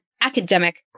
academic